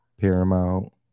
Paramount